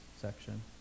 section